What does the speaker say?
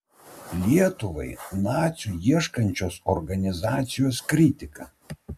lietuvai nacių ieškančios organizacijos kritika